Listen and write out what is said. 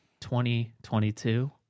2022